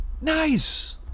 Nice